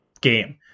game